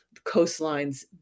coastlines